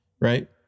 right